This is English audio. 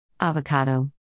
Avocado